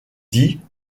dit